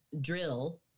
drill